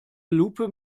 lupe